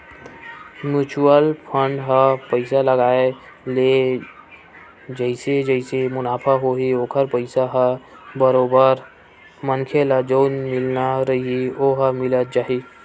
mutual fund म पइसा लगाय ले जइसे जइसे मुनाफ होही ओखर पइसा ह बरोबर मनखे ल जउन मिलना रइही ओहा मिलत जाही